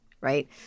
Right